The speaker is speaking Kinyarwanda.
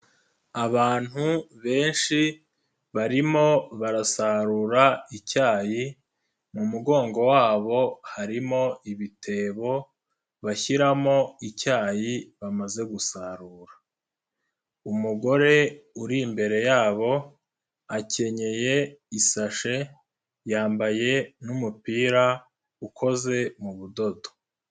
Abantu benshi barimo barasarura icyayi, mu mugongo wabo harimo ibitebo bashyiramo icyayi bamaze gusarura. Umugore uri imbere yabo akenyeye isashe, yambaye n'umupira ukoze mu budodo.